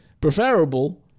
preferable